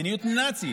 מדיניות נאצית,